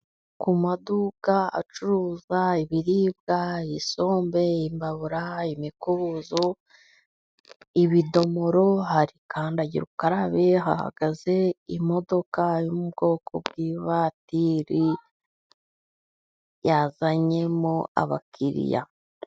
Ku maduka acuruza; ibiribwa, isombe, imbabura, imikubuzo, ibidomoro, hari kandagira ukarabe, hahagaze imodoka yo mu bwoko bw'ivatiri yazanyemo abakiriya.